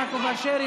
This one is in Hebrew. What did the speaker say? יעקב אשר,